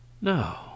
No